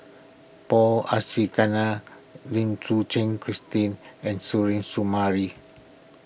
Paul Abisheganaden Lim Suchen Christine and Suzairhe Sumari